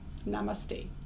Namaste